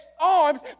arms